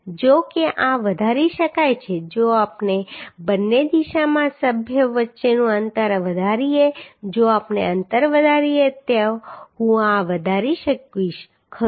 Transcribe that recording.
જો કે આ વધારી શકાય છે જો આપણે બંને દિશામાં સભ્યો વચ્ચેનું અંતર વધારીએ જો આપણે અંતર વધારીએ તો હું આ વધારી શકીશ ખરું